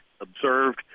observed